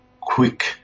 quick